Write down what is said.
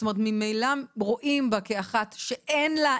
זאת אומרת ממילא רואים בה כאחת שאין לה,